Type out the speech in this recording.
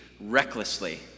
recklessly